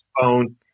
phone